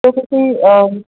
ਅਤੇ ਤੁਸੀਂ